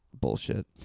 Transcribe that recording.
Bullshit